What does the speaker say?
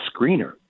screener